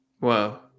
Wow